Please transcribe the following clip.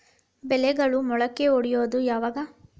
ಬೆಳೆಗಳು ಮೊಳಕೆ ಒಡಿಯೋದ್ ಯಾವಾಗ್?